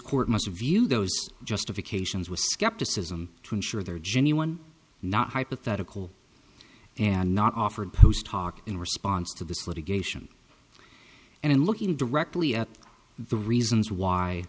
court must view those justifications with skepticism to ensure their genny one not hypothetical and not offered post hoc in response to this litigation and in looking directly at the reasons why